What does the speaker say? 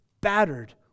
battered